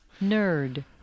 Nerd